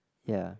ya